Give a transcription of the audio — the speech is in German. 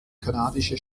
kanadische